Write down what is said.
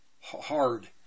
hard